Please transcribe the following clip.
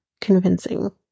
convincing